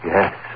Yes